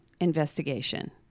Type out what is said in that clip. investigation